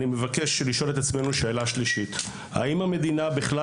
אני מבקש שנשאל את עצמנו שאלה שלישית: האם המדינה בכלל